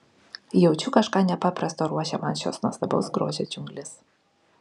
jaučiu kažką nepaprasto ruošia man šios nuostabaus grožio džiunglės